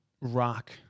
rock